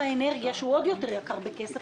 הוא התעכב 30 שנה.